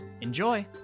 Enjoy